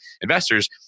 investors